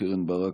קרן ברק,